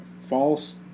false